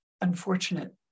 unfortunate